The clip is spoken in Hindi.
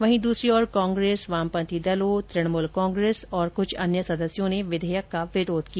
वहीं दूसरी ओर कांग्रेस वामपंथी दलों तुणमूल कांग्रेस और कृछ अन्य सदस्यों ने विधेयक का विरोध किया